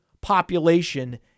population